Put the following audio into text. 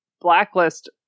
blacklist